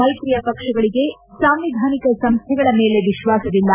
ಮೈತ್ರಿಯ ಪಕ್ಷಗಳಗೆ ಸಾಂವಿಧಾನಿಕ ಸಂಸ್ಥೆಗಳ ಮೇಲೆ ವಿಶ್ವಾಸವಿಲ್ಲ